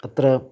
अत्र